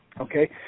okay